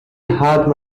hurt